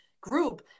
group